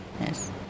Yes